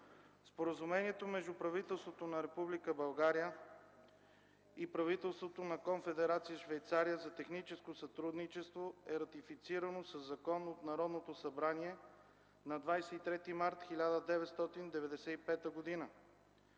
Споразумението между правителството на Република България и правителството на Конфедерация Швейцария за техническо сътрудничество е ратифицирано със закон от Народното събрание на 23 март 1995 г.